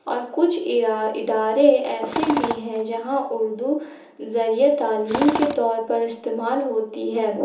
اور کچھا ادارے ایسے بھی ہیں جہاں اردو ذریعہ تعلیم کے طور پر استعمال ہوتی ہے